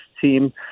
team